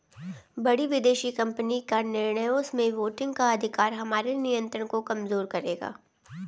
बड़ी विदेशी कंपनी का निर्णयों में वोटिंग का अधिकार हमारे नियंत्रण को कमजोर करेगा